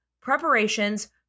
preparations